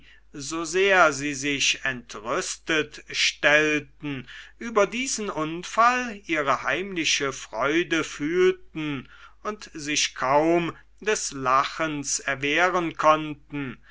so sehr sie sich entrüstet stellten über diesen unfall ihre heimliche freude fühlten und sich kaum des lachens erwehren konnten